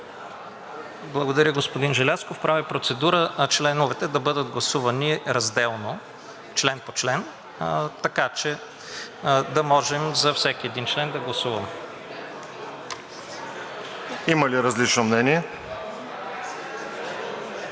Благодаря, господин Желязков. Правя процедура членовете да бъдат гласувани разделно член по член, така че да можем за всеки един член да гласуваме. ПРЕДСЕДАТЕЛ РОСЕН